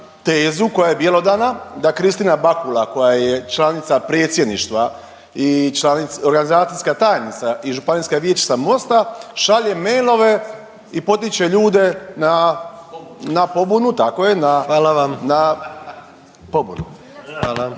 tezu koja je bjelodana, da Kristina Bakula koja je članica Predsjedništva i organizacijska tajnica i županijska vijećnica Mosta šalje mailove i potiče ljude na pobunu, tako je na … …/Upadica predsjednik: Hvala vam./…